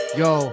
yo